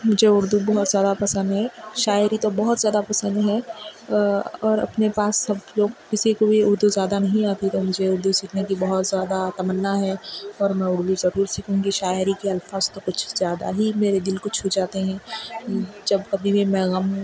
مجھے اردو بہت زیادہ پسند ہے شاعری تو بہت زیادہ پسند ہے اور اپنے پاس سب لوگ کسی کو بھی اردو زیادہ نہیں آتی تو مجھے اردو سیکھنے کی بہت زیادہ تمنا ہے اور میں اردو ضرور سیکھوں گی شاعری کے الفاظ تو کچھ زیادہ ہی میرے دل کو چھو جاتے ہیں جب کبھی بھی میں غم